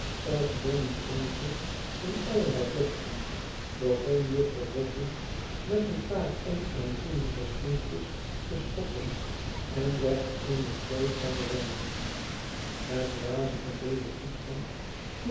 of johnny wrong zich in allerlei bochten begon juffrouw boffin met een paar onaanzienlijke schoentjes te schoppen en werd eene prooi van de wanhoop het dwaze van den toestand